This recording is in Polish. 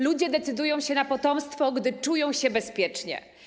Ludzie decydują się na potomstwo, gdy czują się bezpiecznie.